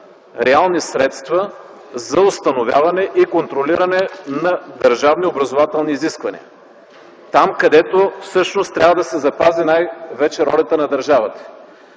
реални средства за установяване и контролиране на държавни образователни изисквания. Там, където всъщност трябва да се запази най-вече ролята на държавата.